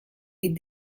est